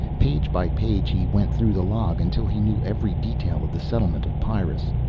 page by page he went through the log, until he knew every detail of the settlement of pyrrus.